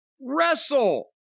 wrestle